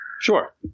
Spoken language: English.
Sure